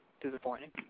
disappointing